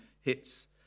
hits